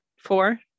four